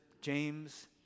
James